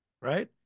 right